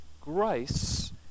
Grace